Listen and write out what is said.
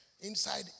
inside